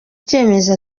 icyemezo